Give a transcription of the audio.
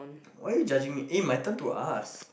why are you judging me eh my turn to ask